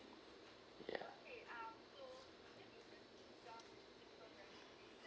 ya